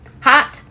hot